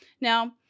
Now